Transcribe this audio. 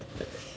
the best